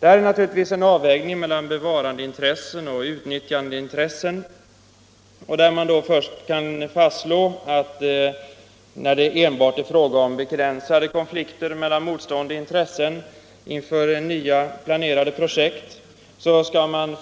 Detta är naturligtvis en avvägning mellan bevarandeintressen och utnyttjandeintressen. Först kan man fastslå att när det enbart är fråga om begränsade konflikter mellan motstående intressen inför nya planerade projekt, skall man